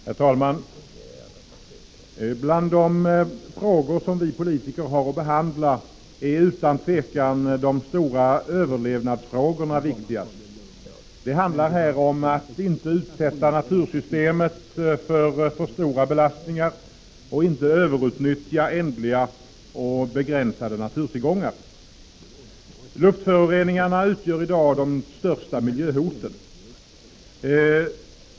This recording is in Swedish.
Herr talman! Bland de frågor som vi politiker har att behandla är utan tvivel de stora överlevnadsfrågorna de viktigaste. Det handlar här om att inte utsätta natursystemet för alltför stora belastningar och att inte överutnyttja ändliga och begränsade naturtillgångar. Luftföroreningarna utgör i dag de största miljöhoten.